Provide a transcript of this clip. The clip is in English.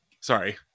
Sorry